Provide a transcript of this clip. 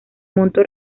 monto